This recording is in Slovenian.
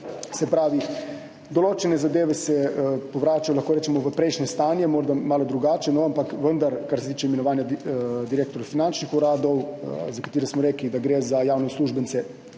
se pravi, določene zadeve se vračajo v prejšnje stanje, morda malo drugače, pa vendar. Kar se tiče imenovanja direktorjev finančnih uradov, za katere smo rekli, da gre za javne uslužbence